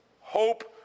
hope